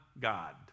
God